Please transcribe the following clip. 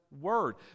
Word